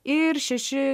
ir šeši